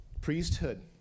Priesthood